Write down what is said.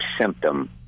symptom